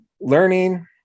learning